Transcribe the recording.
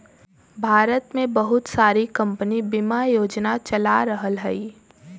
भारत में बहुत सारी कम्पनी बिमा योजना चला रहल हयी